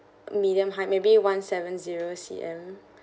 medium height maybe one seven zero C_M